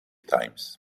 times